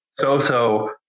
so-so